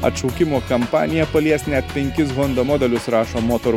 atšaukimo kampanija palies net penkis honda modelius rašo motor